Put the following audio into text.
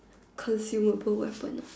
consumable weapon ah